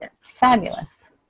Fabulous